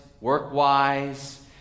work-wise